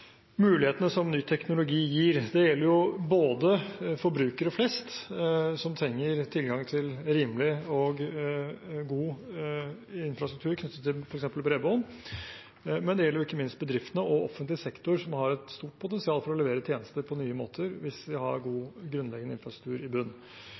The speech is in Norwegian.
mulighetene som ny teknologi gir. Det gjelder både forbrukere flest, som trenger tilgang til rimelig og god infrastruktur, knyttet til f.eks. bredbånd, og det gjelder ikke minst bedriftene og offentlig sektor, som har et stort potensial for å levere tjenester på nye måter hvis vi har